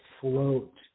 float